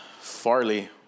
Farley